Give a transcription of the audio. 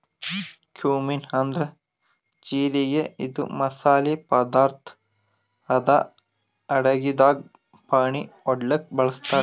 cumin ಅಂದ್ರ ಜಿರಗಿ ಇದು ಮಸಾಲಿ ಪದಾರ್ಥ್ ಅದಾ ಅಡಗಿದಾಗ್ ಫಾಣೆ ಹೊಡ್ಲಿಕ್ ಬಳಸ್ತಾರ್